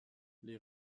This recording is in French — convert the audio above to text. les